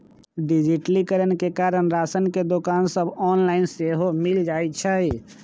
डिजिटलीकरण के कारण राशन के दोकान सभ ऑनलाइन सेहो मिल जाइ छइ